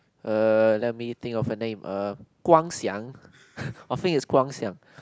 uh let me think of a name uh Guang-Xiang I think it's Guang-Xiang